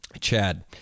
Chad